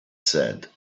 said